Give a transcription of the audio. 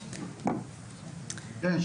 כן,